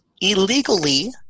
illegally